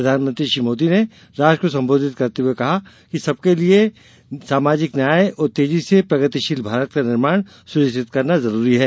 प्रधानमंत्री श्री मोदी ने राष्ट्र को संबोधित करते हुए कहा कि सबके लिए सामाजिक न्याय और तेजी से प्रगतिशील भारत का निर्माण सुनिश्चित करना जरूरी है